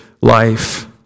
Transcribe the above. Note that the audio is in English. life